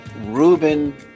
Ruben